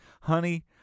Honey